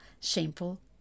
shameful